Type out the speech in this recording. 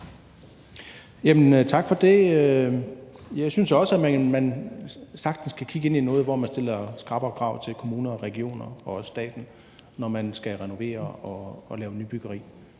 Tak for det. Jeg synes også, at man sagtens kan kigge på at stille skrappere krav til kommuner og regioner og også staten, når man skal renovere og lave nybyggeri,